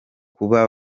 kuba